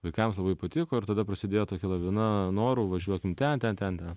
vaikams labai patiko ir tada prasidėjo tokia lavina norų važiuokim ten ten ten